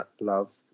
love